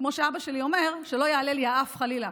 כמו שאבא שלי אומר, שלא יעלה לי האף, חלילה,